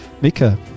Mika